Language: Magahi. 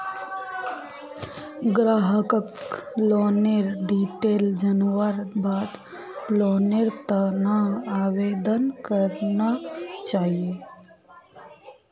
ग्राहकक लोनेर डिटेल जनवार बाद लोनेर त न आवेदन करना चाहिए